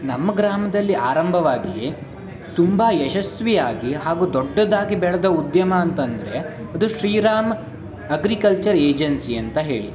ನಮ್ಮ ಗ್ರಾಮದಲ್ಲಿ ಆರಂಭವಾಗಿ ತುಂಬ ಯಶಸ್ವಿಯಾಗಿ ಹಾಗೂ ದೊಡ್ಡದಾಗಿ ಬೆಳೆದ ಉದ್ಯಮ ಅಂತಂದರೆ ಅದು ಶ್ರೀರಾಮ್ ಅಗ್ರಿಕಲ್ಚರ್ ಏಜೆನ್ಸಿ ಅಂತ ಹೇಳಿ